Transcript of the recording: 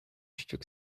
stück